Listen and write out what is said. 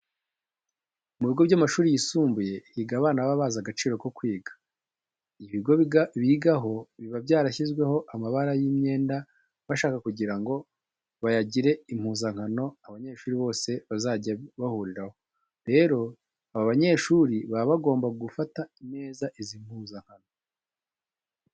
Mu bigo by'amashuri yisumbuye higa abana baba bazi agaciro ko kwiga. Ibigo bigaho biba byarashyizeho amabara y'imyenda bashaka kugira ngo bayagire impuzankano abanyeshuri bose bazajya bahuriraho. Rero aba banyeshuri baba bagomba gufata neza izi mpuzankano.